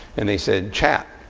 and they said, chat.